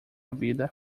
vida